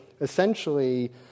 essentially